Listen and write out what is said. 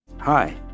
Hi